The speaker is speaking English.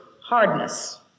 hardness